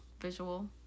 visual